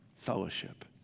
Fellowship